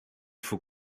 faut